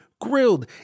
grilled